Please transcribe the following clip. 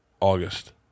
August